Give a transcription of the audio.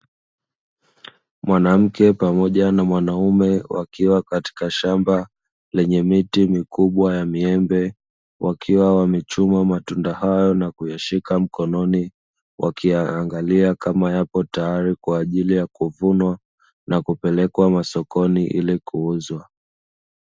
Mwanamke pamoja na mwanaume wakiwa katika shamba lenye miti mikubwa ya miembe, wakiwa wamechuma matunda hayo na kuyashika mkononi wakiangalia kama yapo tayari kwa ajili ya kuvunwa na kupelekwa masokoni ili kuuzwa.